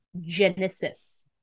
Genesis